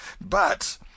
But—